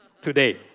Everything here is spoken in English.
today